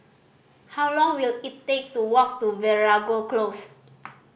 how long will it take to walk to Veeragoo Close